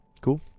cool